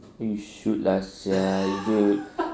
you should lah [sial] dude